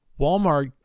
Walmart